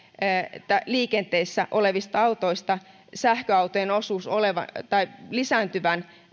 liikenteessä olevista autoista sähköautojen osuus lisääntyy